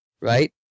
right